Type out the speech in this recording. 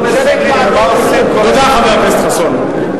תודה, חבר הכנסת חסון.